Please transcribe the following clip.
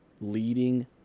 leading